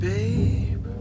Babe